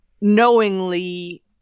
knowingly